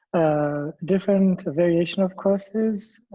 a different variation of courses.